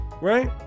right